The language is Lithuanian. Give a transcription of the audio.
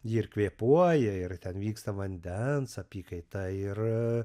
ji ir kvėpuoja ir ten vyksta vandens apykaita ir